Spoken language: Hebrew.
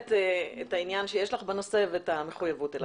את העניין שיש לך בנושא ואת המחויבות אליו.